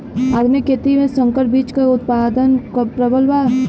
आधुनिक खेती में संकर बीज क उतपादन प्रबल बा